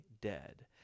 dead